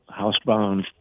housebound